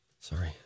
Sorry